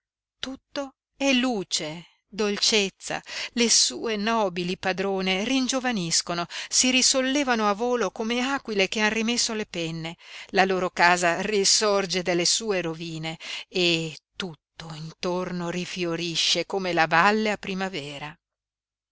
tutto è luce dolcezza le sue nobili padrone ringiovaniscono si risollevano a volo come aquile che han rimesso le penne la loro casa risorge dalle sue rovine e tutto intorno rifiorisce come la valle a primavera